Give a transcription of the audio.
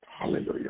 Hallelujah